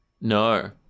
No